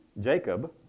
Jacob